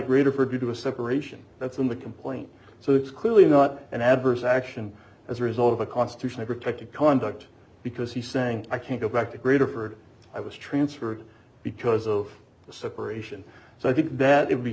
greater for due to a separation that's in the complaint so it's clearly not an adverse action as a result of a constitutional protected conduct because he's saying i can't go back to greater for i was transferred because of the separation so i think that it would be